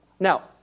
Now